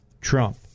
Trump